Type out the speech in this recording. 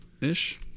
Ish